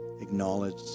acknowledged